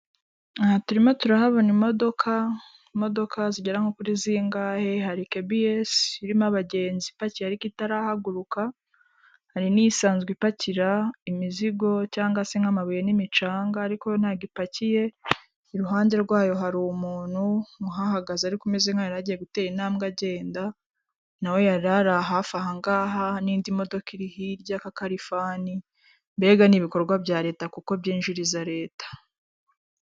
Aha turimo turahabona imodoka, imodoka zigera nko kuri zingahe hari kebiyesi irimo abagenzi ipakiye ariko itarahaguruka, hari n'iyisanzwe ipakira imizigo cyangwa se nk'amabuye n'imicanga ariko ntabwo ipakiye, iruhande rwayo hari umuntu uhahagaze ariko umeze nk'aho yari agiye gutera intambwe agenda, nawe yarari hafi ahangaha n'indi modoka iri hirya k'akalifani, mbega n'ibikorwa bya leta kuko byinjiriza leta.